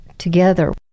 together